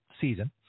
season